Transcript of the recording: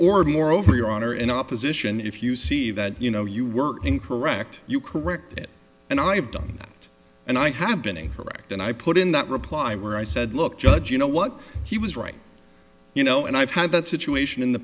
or moreover your own or in opposition if you see that you know you were incorrect you correct it and i've done that and i have been a correct and i put in that reply where i said look judge you know what he was right you know and i've had that situation in the